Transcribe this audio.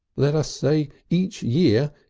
let us say, each year,